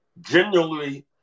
Genuinely